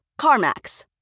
CarMax